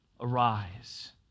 arise